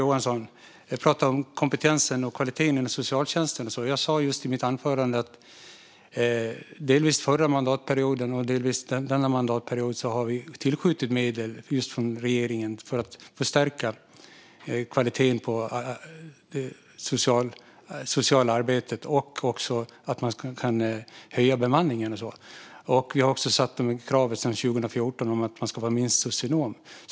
Jag pratade om kompetensen och kvaliteten inom socialtjänsten, Acko Ankarberg Johansson, och jag sa just i mitt anförande att vi delvis förra mandatperioden och delvis denna mandatperiod har tillskjutit medel från regeringen för att förstärka kvaliteten på det sociala arbetet. Det handlar också om att kunna höja bemanningen. Vi har också ställt krav sedan 2014 att man ska vara lägst socionom.